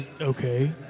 Okay